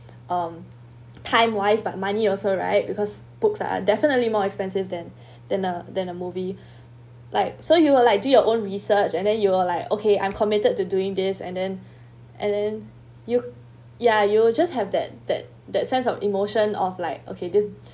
um time wise but money also right because books are definitely more expensive than than a than a movie like so you will like do your own research and then you're like okay I'm committed to doing this and then and then you ya you will just have that that that sense of emotion of like okay this